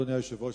אדוני היושב-ראש,